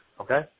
okay